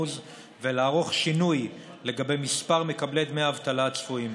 ולערוך שינוי לגבי מספר מקבלי דמי האבטלה הצפויים.